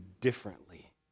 differently